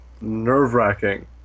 nerve-wracking